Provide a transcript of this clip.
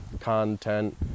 content